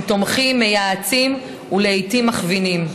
הם תומכים, מייעצים ולעיתים מכווינים.